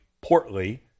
portly